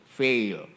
fail